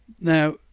Now